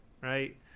right